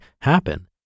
happen